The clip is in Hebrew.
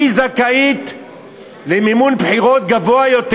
והיא זכאית למימון בחירות גבוה יותר.